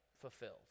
fulfilled